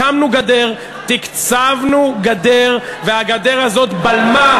הקמנו גדר, תקצבנו גדר, והגדר הזאת בלמה.